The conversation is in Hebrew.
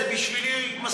זה בשבילי מספיק.